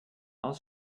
aus